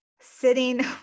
sitting